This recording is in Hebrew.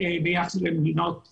ביחס למדינות אחרות,